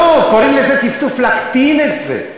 לא, קוראים לזה טפטוף, להקטין את זה: